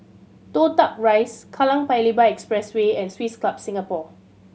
Toh Tuck Rise Kallang Paya Lebar Expressway and Swiss Club Singapore